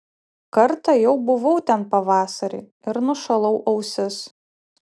kartą jau buvau ten pavasarį ir nušalau ausis